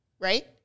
right